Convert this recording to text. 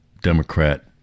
Democrat